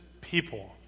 people